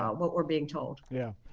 um what we're being told. yeah.